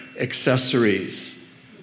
accessories